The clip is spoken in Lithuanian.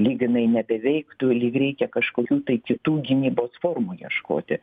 lyg jinai nebeveiktų lyg reikia kažkokių tai kitų gynybos formų ieškoti